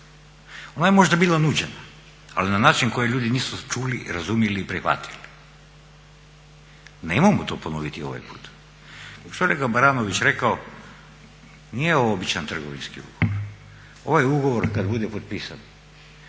Ona je možda bila nuđena ali na način koji ljudi nisu čuli i razumjeli i prihvatili. Nemojmo to ponoviti ovaj put. Što je kolega Baranović rekao nije ovo običan trgovinski ugovor, ovaj ugovor kad bude potpisan